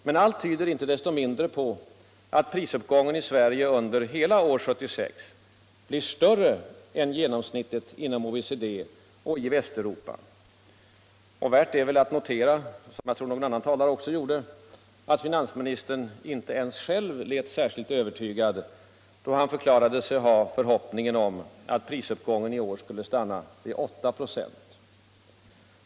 Men allt tyder inte desto mindre på att prisuppgången i Sverige under hela år 1976 blir större än genomsnittligt inom OECD och i Västeuropa. Värt är väl att notera, som jag tror att någon annan talare också gjorde, att finansministern själv inte lät särskilt övertygad, då han förklarade sig ha förhoppningen om att prisuppgången i år skulle stanna vid 8 96.